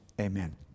Amen